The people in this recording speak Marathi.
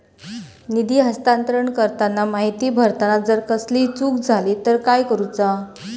निधी हस्तांतरण करताना माहिती भरताना जर कसलीय चूक जाली तर काय करूचा?